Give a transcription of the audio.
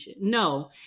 No